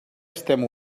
estem